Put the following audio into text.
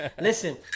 listen